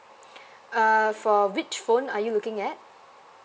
err for which phone are you looking at